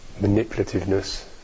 manipulativeness